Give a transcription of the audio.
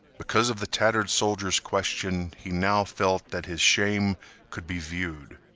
because of the tattered soldier's question he now felt that his shame could be viewed.